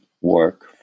work